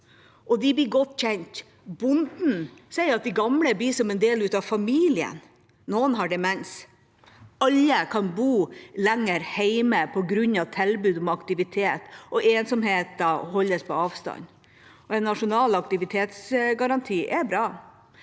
De blir godt kjent. Bonden sa at de gamle blir som en del av familien. Noen har demens. Alle kan bo lenger hjemme på grunn av tilbudet om aktivitet, og ensomheten holdes på avstand. En nasjonal aktivitetsgaranti er bra.